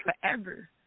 forever